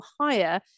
higher